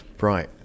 right